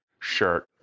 shirt